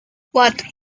cuatro